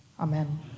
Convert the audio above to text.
Amen